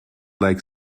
lake